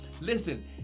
Listen